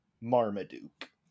Marmaduke